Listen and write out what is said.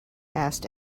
asked